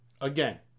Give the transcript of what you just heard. Again